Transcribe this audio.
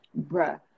bruh